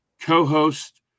co-host